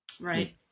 Right